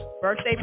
birthday